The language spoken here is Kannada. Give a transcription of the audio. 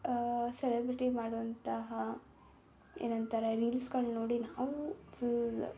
ಸೆಲೆಬ್ರಿಟಿ ಮಾಡುವಂತಹ ಏನಂತಾರೆ ರೀಲ್ಸ್ಗಳ್ನ ನೋಡಿ ನಾವೂ ಫುಲ್